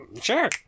Sure